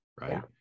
right